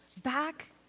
back